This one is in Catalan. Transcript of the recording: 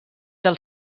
del